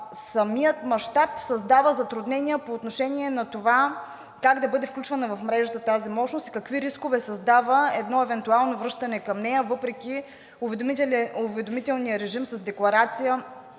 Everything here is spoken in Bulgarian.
самият мащаб създава затруднения по отношение на това как да бъде включвана в мрежата тази мощност и какви рискове създава едно евентуално връщане към нея, въпреки уведомителния режим с декларация,